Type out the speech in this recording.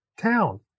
town